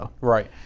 Right